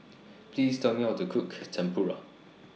Please Tell Me How to Cook Tempura